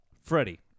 freddie